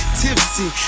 tipsy